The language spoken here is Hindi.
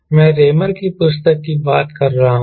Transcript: मैं रेमर की पुस्तक की बात कर रहा हूं